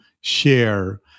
share